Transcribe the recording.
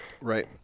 Right